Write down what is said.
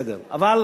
בסדר, אבל